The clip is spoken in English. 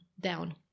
down